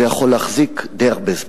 זה יכול להחזיק די הרבה זמן.